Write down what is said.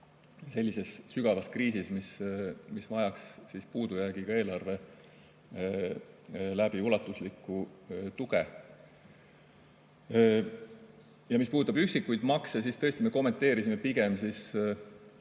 nii sügavas kriisis, et vajaks puudujäägiga eelarve kaudu ulatuslikku tuge. Ja mis puudutab üksikuid makse, siis tõesti, me kommenteerisime pigem neid